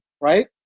right